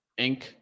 inc